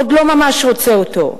עוד לא ממש רוצה אותו.